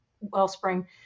Wellspring